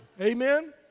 Amen